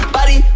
Body